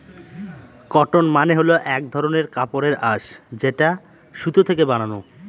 cotton মানে হল এক ধরনের কাপড়ের আঁশ যেটা সুতো থেকে বানানো